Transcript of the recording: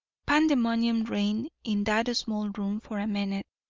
pandemonium reigned in that small room for a minute,